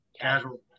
Casual